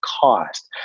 cost